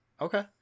Okay